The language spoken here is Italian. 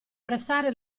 pressare